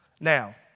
Now